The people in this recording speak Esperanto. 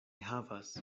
havas